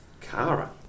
Kara